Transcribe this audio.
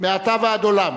מעתה ועד עולם.